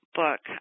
book